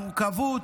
מורכבות,